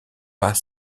pas